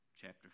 Chapter